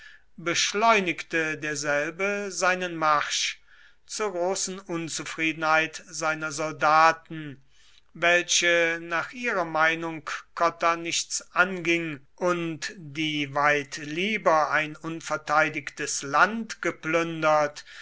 beschleunigte derselbe seinen marsch zur großen unzufriedenheit seiner soldaten welche nach ihrer meinung cotta nichts anging und die weit lieber ein unverteidigtes land geplündert